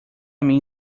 mim